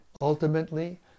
Ultimately